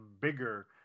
bigger